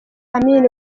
amin